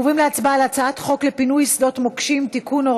אנחנו עוברים להצבעה על הצעת חוק לפינוי שדות מוקשים (תיקון,